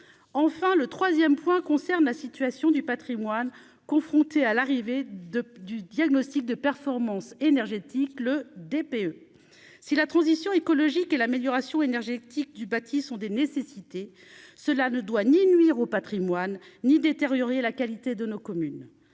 enfin le 3ème point concerne la situation du Patrimoine confrontée à l'arrivée de du diagnostic de performance énergétique le DPE si la transition écologique et l'amélioration énergétique du bâti sont des nécessités, cela ne doit ni nuire au Patrimoine ni détériorer la qualité de nos communes,